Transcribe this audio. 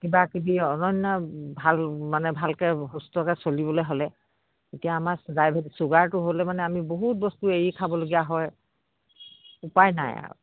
কিবা কিবি অন্য ভাল মানে ভালকে সুস্থকে চলিবলে হ'লে এতিয়া আমাৰ ডায়েবেটিছ ছুগাৰটো হ'লে মানে আমি বহুত বস্তু এৰি খাবলগীয়া হয় উপায় নাই আও